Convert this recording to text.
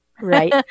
Right